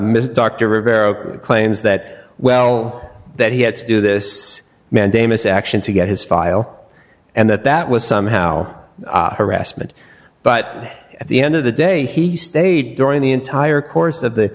dr rivero claims that well that he had to do this mandamus action to get his file and that that was somehow harassment but at the end of the day he stayed during the entire course of the